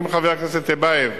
חבר הכנסת טיבייב,